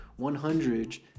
100